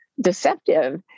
deceptive